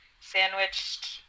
sandwiched